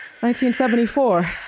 1974